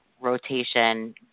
rotation